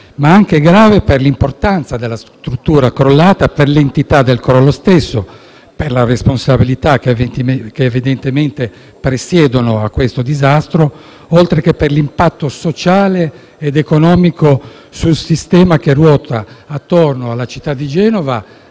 anche per l’importanza della struttura crollata, per l’entità del crollo e per le responsabilità che evidentemente presiedono al disastro, oltre che per l’impatto sociale ed economico sul sistema che ruota attorno alla città di Genova,